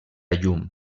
llum